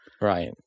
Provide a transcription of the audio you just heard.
right